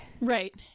Right